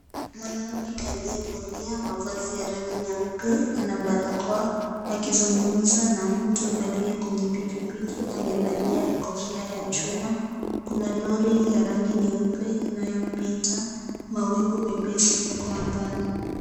Mwanaume aliyavalia mavazi ya rangi nyeupe ana barakoa akizungumza na mtu aliye kwenye pikipiki amevalia kofia ya chuma , kuna lori ya rangi nyeupe inayopita. Mawingu mepesi yako angani.